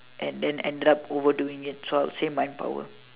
and then ended overdoing it so I will say mind power